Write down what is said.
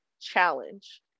challenge